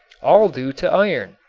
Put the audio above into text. all due to iron.